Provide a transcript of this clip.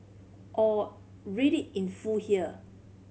or read it in full here